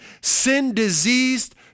sin-diseased